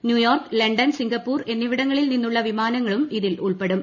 New York London Singapore എന്നിവിടങ്ങളിൽ നിന്നുള്ള വിമാനങ്ങളും ഇതിൽ ഉൾപ്പെടും